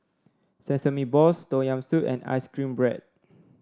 Sesame Balls Tom Yam Soup and ice cream bread